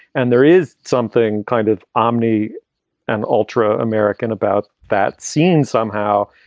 and there is something kind of omni an ultra american about that scene somehow,